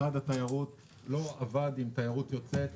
משרד התיירות לא עבד עם תיירות יוצאת.